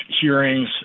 hearings